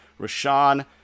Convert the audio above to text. Rashawn